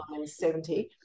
1970